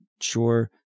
sure